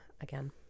again